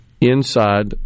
inside